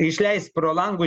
išleist pro langu